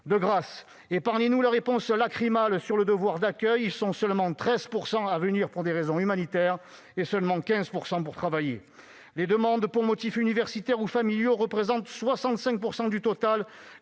De grâce, épargnez-nous la réponse lacrymale sur le devoir d'accueil, ils sont seulement 13 % à venir pour raison humanitaire et seulement 15 % pour travailler. Les demandes pour motifs universitaires ou familiaux représentent 65 % du total.